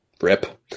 rip